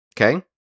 okay